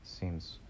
seems